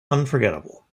unforgettable